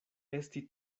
esti